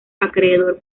acreedor